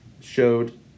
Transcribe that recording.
showed